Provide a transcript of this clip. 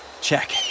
check